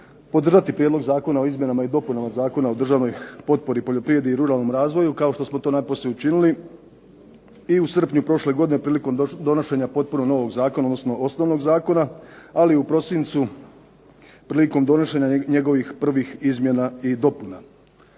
podržati prijedlog Zakona o izmjenama i dopunama Zakona o državnoj potpori poljoprivredi i ruralnom razvoju kao što smo to napose učinili i u srpnju prošle godine prilikom donošenja potpuno novog zakona, odnosno osnovnog zakona, ali i u prosincu prilikom donošenja njegovih prvih izmjena i dopuna.